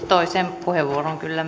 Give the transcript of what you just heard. toisen puheenvuoron kyllä